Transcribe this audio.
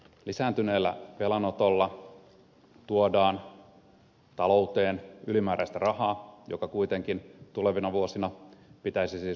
lisääntyneellä velanotolla tuodaan talouteen ylimääräistä rahaa joka kuitenkin tulevina vuosina pitäisi siis maksaa pois